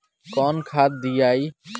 कौन खाद दियई?